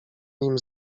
nim